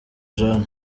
john